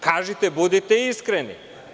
Kažite, budite iskreni.